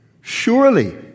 Surely